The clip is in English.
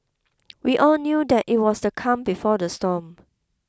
we all knew that it was the calm before the storm